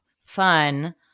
fun